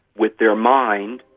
with their mind,